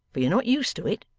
for you're not used to it.